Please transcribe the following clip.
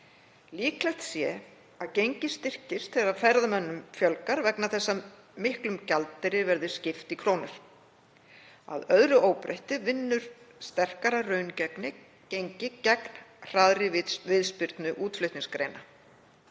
Líklegt sé að gengið styrkist þegar ferðamönnum fjölgar vegna þess að miklum gjaldeyri verði skipt í krónur. Að öðru óbreyttu vinnur sterkara raungengi gegn hraðri viðspyrnu útflutningsgreina.